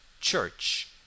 church